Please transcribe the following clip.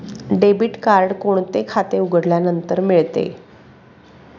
Debit card कोणते खाते उघडल्यानंतर मिळते?